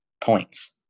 points